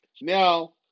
Now